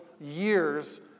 years